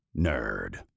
nerd